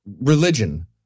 religion